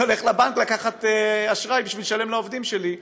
אני הולך לבנק לקחת אשראי בשביל לשלם לעובדים שלי.